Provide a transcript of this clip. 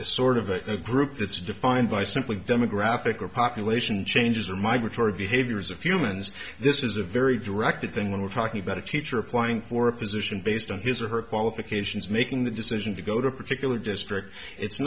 just sort of a group that's defined by simply demographic or population changes or migratory behaviors of humans this is a very directed thing when we're talking about a teacher applying for a position based on his or her qualifications making the decision to go to a particular district it's